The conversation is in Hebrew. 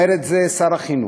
אומר את זה שר החינוך,